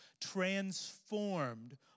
transformed